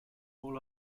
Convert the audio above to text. all